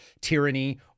tyranny